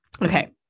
Okay